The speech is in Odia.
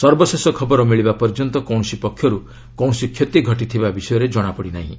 ସର୍ବଶେଷ ଖବର ମିଳିବା ପର୍ଯ୍ୟନ୍ତ କୌଣସି ପକ୍ଷରୁ କୌଣସି କ୍ଷତି ଘଟିଥିବା ବିଷୟରେ ଜଣାପଡ଼ିନାହିଁ